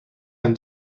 him